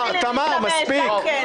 ------ מספיק כבר.